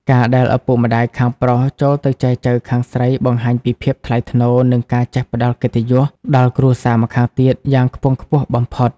ការដែលឪពុកម្ដាយខាងប្រុសចូលទៅចែចូវខាងស្រី បង្ហាញពី "ភាពថ្លៃថ្នូរ និងការចេះផ្ដល់កិត្តិយស" ដល់គ្រួសារម្ខាងទៀតយ៉ាងខ្ពង់ខ្ពស់បំផុត។